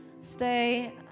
Stay